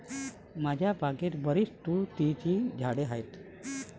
माझ्या बागेत बरीच तुतीची झाडे आहेत